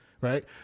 right